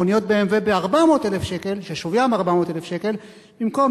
מכוניות "ב.מ.וו" ששוויין 400,000 שקל במקום,